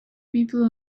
people